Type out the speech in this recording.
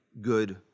good